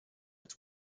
its